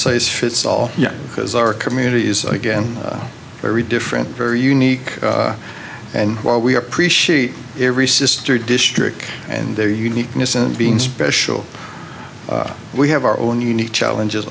size fits all yet because our community is again very different very unique and while we appreciate every sr district and their uniqueness and being special we have our own unique challenges